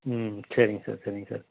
ம் சரிங்க சார் சரிங்க சார்